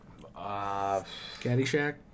Caddyshack